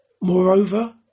Moreover